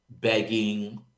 begging